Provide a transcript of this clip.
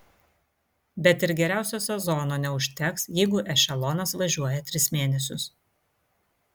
bet ir geriausio sezono neužteks jeigu ešelonas važiuoja tris mėnesius